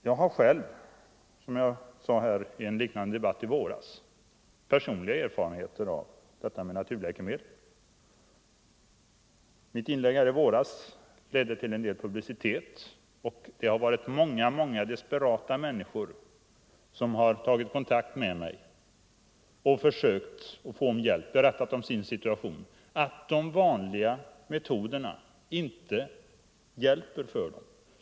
Jag har själv, som jag sade här i en liknande debatt i våras, personliga erfarenheter av naturläkemedel. Mitt inlägg i våras ledde till en del publicitet, och många desperata människor har tagit kontakt med mig och försökt få hjälp. De har berättat om sin situation, att de vanliga metoderna inte hjälper för dem.